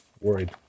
Worried